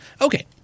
Okay